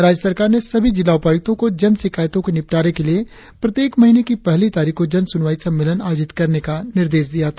राज्य सरकार ने सभी जिला उपायुक्तों को जन शिकायतों के निपटारे के लिए प्रत्येक महीने की पहली तारीख को जनसुनवाई सम्मेलन आयोजित करने का निर्देश दिया था